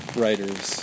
writers